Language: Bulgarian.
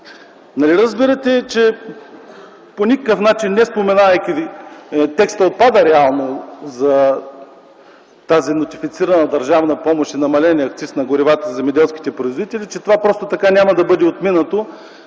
Нали разбирате, че, по никакъв начин неспоменавайки, реално текстът за тази нотифицирана държавна помощ и намаления акциз на горивата за земеделските производители отпада, че това просто така няма да бъде отминато